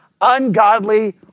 ungodly